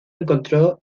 encontró